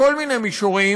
בכל מיני מישורים,